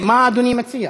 מה אדוני מציע?